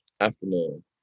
afternoon